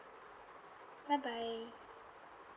bye bye